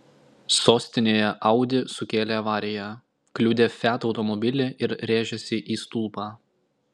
sostinėje audi sukėlė avariją kliudė fiat automobilį ir rėžėsi į stulpą